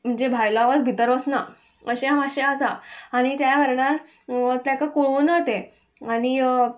म्हणजे भायलो आवज भितर वसना अशें मातशें आसा आनी त्या कारणान तेका कळूना तें आनी